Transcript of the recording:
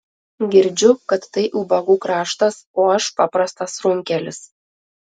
girdžiu kad tai ubagų kraštas o aš paprastas runkelis